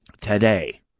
today